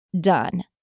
done